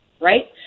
right